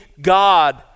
God